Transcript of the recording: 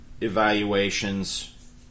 evaluations